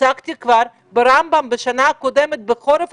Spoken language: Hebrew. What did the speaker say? הצגתי כבר ברמב"ם בשנה הקודמת בחורף,